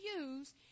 use